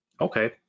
Okay